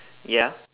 ya